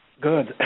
good